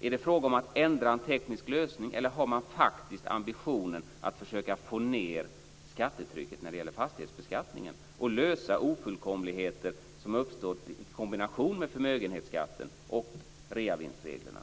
Är det fråga om att ändra en teknisk lösning, eller har man faktiskt ambitionen att försöka få ned skattetrycket när det gäller fastighetsbeskattningen och lösa ofullkomligheter som har uppstått i kombination med förmögenhetsskatten och reavinstreglerna?